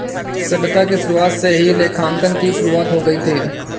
सभ्यता की शुरुआत से ही लेखांकन की शुरुआत हो गई थी